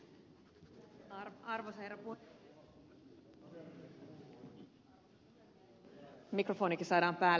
arvoisa herra puhemies